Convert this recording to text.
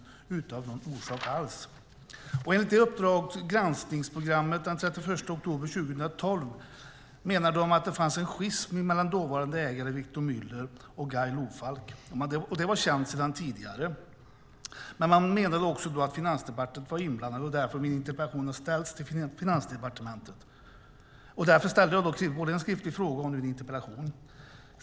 Enligt den granskning som tv-programmet Uppdrag granskning gjort och som sändes den 31 oktober 2012 fanns det en schism mellan dåvarande ägaren Victor Muller och Guy Lofalk. Det var känt sedan tidigare, men det sades också att Finansdepartementet var inblandat, och det var därför jag ställde min interpellation till Finansdepartementet. Jag har ställt både en skriftlig fråga och denna interpellation.